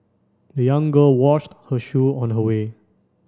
the young girl washed her shoe on her way